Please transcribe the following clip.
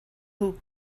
who